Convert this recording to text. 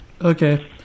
Okay